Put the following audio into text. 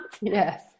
Yes